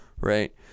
right